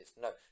No